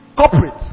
Corporate